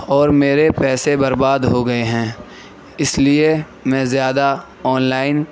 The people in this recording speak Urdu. اور میرے پیسے برباد ہو گئے ہیں اس لیے میں زیادہ آن لائن